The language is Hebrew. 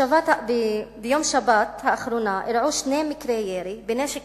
בשבת האחרונה אירעו שני מקרי ירי בנשק